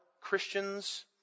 christians